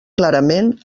clarament